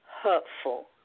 hurtful